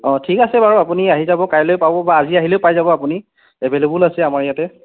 অঁ ঠিক আছে বাৰু আপুনি আহি যাব কাইলৈ পাব বা আজি আহিলেও পাই যাব আপুনি এভেইলেবোল আছে আমাৰ ইয়াতে